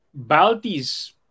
Balti's